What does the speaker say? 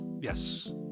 Yes